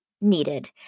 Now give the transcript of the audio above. needed